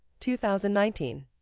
2019